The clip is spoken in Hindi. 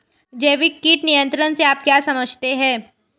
जैविक कीट नियंत्रण से आप क्या समझते हैं?